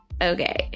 Okay